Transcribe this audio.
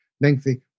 lengthy